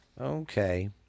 Okay